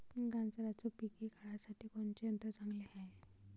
गांजराचं पिके काढासाठी कोनचे यंत्र चांगले हाय?